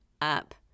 up